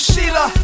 Sheila